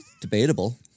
Debatable